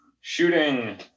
Shooting